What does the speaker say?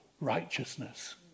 righteousness